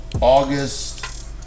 August